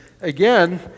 again